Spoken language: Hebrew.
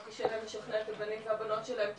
מאוד קשה להם לשכנע את הבנים והבנות שלהם.